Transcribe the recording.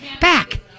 back